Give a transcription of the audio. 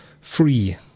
free